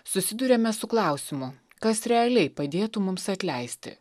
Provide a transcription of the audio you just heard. susiduriame su klausimu kas realiai padėtų mums atleisti